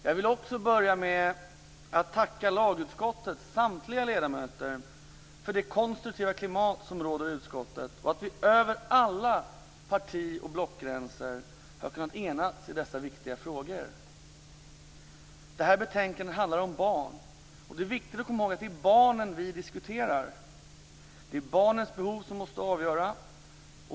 Jag vill också tacka lagutskottets samtliga ledamöter för det konstruktiva klimat som råder i utskottet och att vi över alla parti och blockgränser har kunnat enas i dessa viktiga frågor. Det här betänkandet handlar om barn, och det är viktigt att komma ihåg att det är barnen vi diskuterar och att det är barnens behov som måste avgöra.